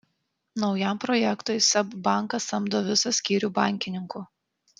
naujam projektui seb bankas samdo visą skyrių bankininkų